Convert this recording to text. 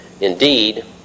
Indeed